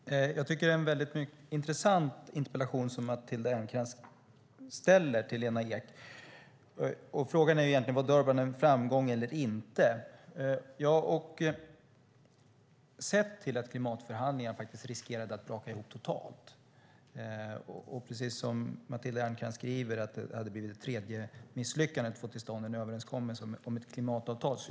Herr talman! Det är en intressant interpellation Matilda Ernkrans ställt till Lena Ek. Frågan är om Durban var en framgång eller inte. Sett till att klimatförhandlingarna riskerade att braka ihop totalt var det definitivt en framgång. Som Matilda Ernkrans skriver i sin interpellation skulle det annars ha blivit ett tredje misslyckande beträffande att få till stånd en överenskommelse om ett klimatavtal.